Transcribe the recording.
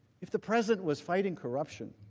if the president was fighting corruption,